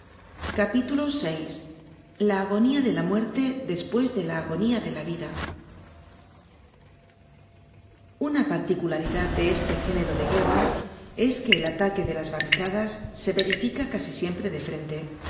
at la agonia de la muerte despues de la agonía de la vida una particularidad de este género de guerra es que el ataque de las barricadas se verifica casi siempre de frente